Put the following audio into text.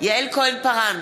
יעל כהן-פארן,